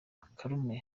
kalume